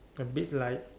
a bit like